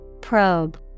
Probe